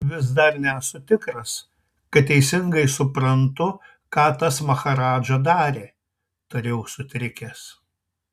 vis dar nesu tikras kad teisingai suprantu ką tas maharadža darė tariau sutrikęs